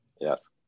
Yes